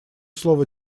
слово